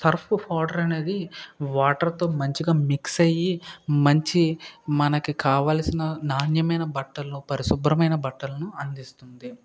SERP powder అనేది వాటర్తో మంచిగా మిక్స్ అయ్యి మంచి మనకి కావలసిన నాణ్యమైన బట్టలు పరిశుభ్రమైన బట్టలను అందిస్తుంది